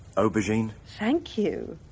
aubergine? thank you.